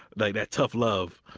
like that tough love.